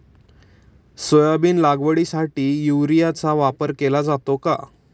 Soybean लागवडीसाठी युरियाचा वापर केला जातो का?